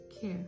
care